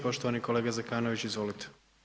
Poštovani kolega Zekanović izvolite.